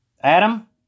Adam